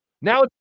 Now